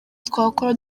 twakora